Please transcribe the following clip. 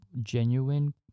genuine